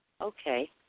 Okay